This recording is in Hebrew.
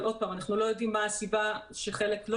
אבל אנחנו לא יודעים מה הסיבה לכך שחלק לא